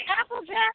Applejack